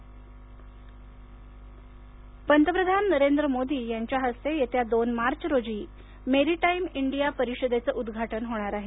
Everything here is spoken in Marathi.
मेरीटाईम परिषद पंतप्रधान नरेंद्र मोदी यांच्या हस्ते येत्या दोन मार्च रोजी मेरीटाईम इंडिया परिषदेचं उदघाटन होणार आहे